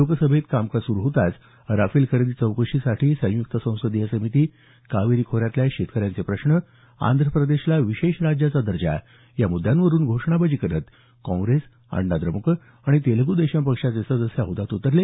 लोकसभेचं कामकाज सुरू होताच राफेल खरेदी चौकशीसाठी संयुक्त संसदीय समिती कावेरी खोऱ्यातल्या शेतकऱ्यांचे प्रश्न आंध्र प्रदेशला विशेष राज्याचा दर्जा या मृद्यांवरून घोषणाबाजी करत काँग्रेस अण्णा द्रमुक आणि तेलगू देशम पक्षाचे सदस्य हौद्यात उतरले